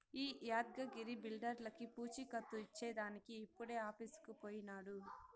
ఈ యాద్గగిరి బిల్డర్లకీ పూచీకత్తు ఇచ్చేదానికి ఇప్పుడే ఆఫీసుకు పోయినాడు